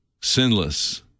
sinless